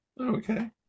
Okay